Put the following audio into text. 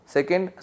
Second